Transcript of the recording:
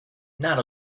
not